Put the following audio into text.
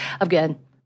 Again